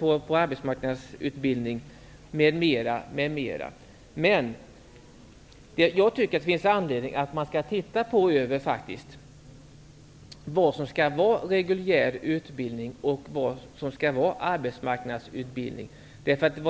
på arbetsmarknadsutbildningen m.m. Jag tycker att det finns anledning att se över vad som skall vara reguljär utbildning och vad som skall vara arbetsmarknadsutbildning.